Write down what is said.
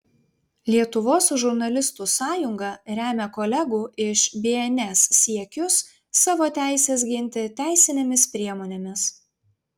lietuvos žurnalistų sąjunga remia kolegų iš bns siekius savo teises ginti teisinėmis priemonėmis